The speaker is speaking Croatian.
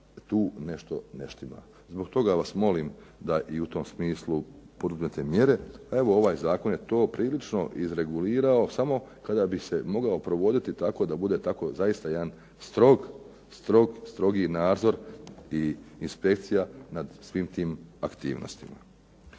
tu nešto ne štima. Zbog toga vas molim da i u tom smislu poduzmete mjere. A evo ovaj zakon je to prilično izregulirao samo kada bi se mogao provoditi tako da bude jedan zaista strog nadzor i inspekcija nad svim tim aktivnostima.